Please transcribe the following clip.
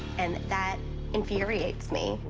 and that infuriates me.